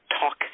talk